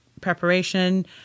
preparation